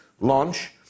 launch